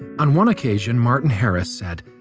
on one occasion martin harris said,